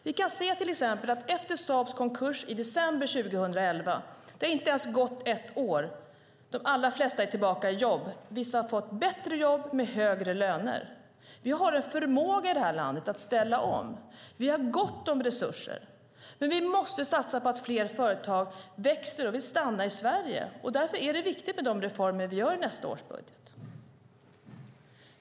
Vi kan till exempel se att efter Saabs konkurs i december 2011 - det har inte gått ens ett år - är de allra flesta tillbaka i jobb. Vissa har fått bättre jobb med högre lön. Vi har en förmåga i detta land att ställa om. Vi har gott om resurser. Men vi måste satsa på att fler företag växer och vill stanna i Sverige. Därför är det viktigt med reformerna i nästa års budget.